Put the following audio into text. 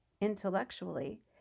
intellectually